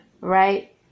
right